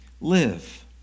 live